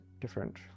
different